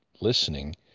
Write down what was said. listening